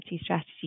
strategy